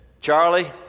Charlie